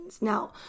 Now